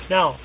Now